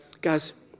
Guys